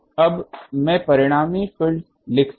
तो अब मैं परिणामी फील्ड लिख सकता हूं